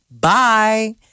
Bye